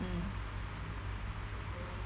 mm